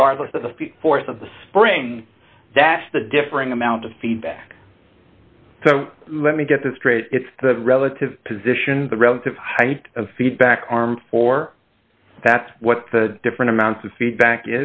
regardless of the force of the spring that's the differing amount of feedback let me get this straight it's relative position the relative height of feedback arm for that's what the different amounts of feedback